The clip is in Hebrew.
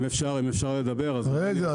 אם אפשר לדבר אז אני --- רגע,